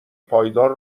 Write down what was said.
پایدار